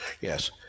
Yes